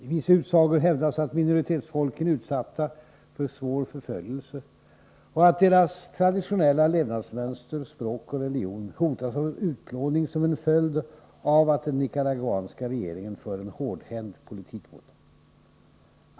I vissa utsagor hävdas att minoritetsfolken är utsatta för svår förföljelse och att deras traditionella levnadsmönster, språk och religion hotas av utplåning som en följd av att den nicaraguanska regeringen för en hårdhänt politik mot dem.